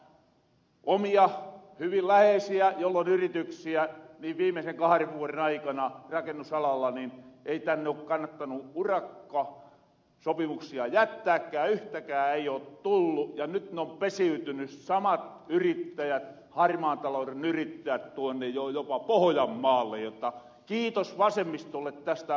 on omia hyvin läheisiä joil on yrityksiä ja viimeisen kahren vuoren aikana rakennusalalla ei tänne oo kannattanu urakkasopimuksia jättääkään yhtäkään ei oo tullu ja nyt on pesiytyny samat harmaan talouren yrittäjät tuonne jopa pohojanmaalle jotta kiitos vasemmistolle tästä välikysymyksestä